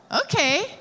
Okay